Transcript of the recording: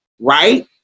right